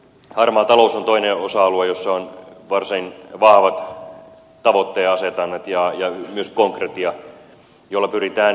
harmaa talous on toinen osa alue jossa on varsin vahvat tavoitteenasetannat ja myös konkretia jolla tätä pyritään kitkemään